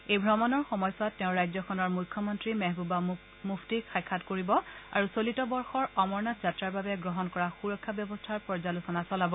এই ভ্ৰমণৰ সময়ছোৱাত তেওঁ ৰাজ্যখনৰ মুখ্যমন্ত্ৰী মেহবুবা মুফ্টিক সাক্ষাৎ কৰিব আৰু চলিত বৰ্ষৰ অমৰনাথ যাত্ৰাৰ বাবে গ্ৰহণ কৰা সূৰক্ষা ব্যৱস্থাৰ পৰ্যালোচনা চলাব